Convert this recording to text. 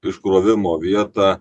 iškrovimo vietą